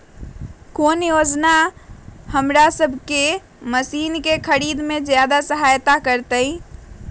कौन योजना हमनी के मशीन के खरीद में ज्यादा सहायता करी?